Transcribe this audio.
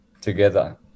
together